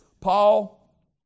Paul